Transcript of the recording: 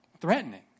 threatening